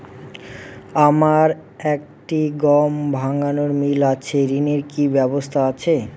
আমার একটি গম ভাঙানোর মিল আছে ঋণের কি ব্যবস্থা আছে?